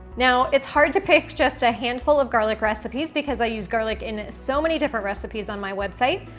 now it's hard to pick just a handful of garlic recipes because i use garlic in so many different recipes on my website,